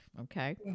Okay